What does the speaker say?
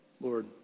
Lord